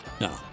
No